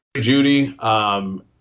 Judy